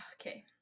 Okay